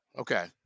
Okay